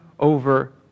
over